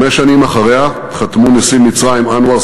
חמש שנים אחריה חתמו נשיא מצרים אנואר